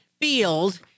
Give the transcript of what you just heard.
field